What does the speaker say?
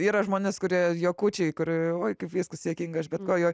yra žmonės kurie juokučiai kur oi kaip viskas juokinga aš bet ko